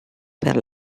per